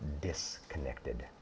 disconnected